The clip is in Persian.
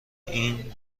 این